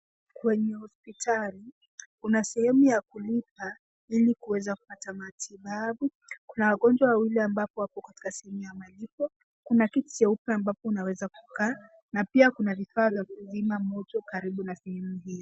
Kwenye hospitali, lina sehemu ya kulipa ili kuweza kupata matibabu. Kuna wagonjwa wawili ambao wako katika sehemu ya malipo. Kuna kiti cheupe ambapo unaweza kukaa na pia kuna vifaa vya kuzima moto karibu na kiingilio.